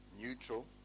neutral